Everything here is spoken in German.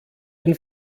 den